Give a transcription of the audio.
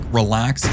relax